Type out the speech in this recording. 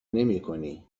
نمیکنی